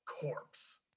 Corpse